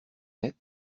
net